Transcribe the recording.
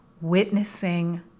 witnessing